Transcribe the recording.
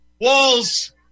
Walls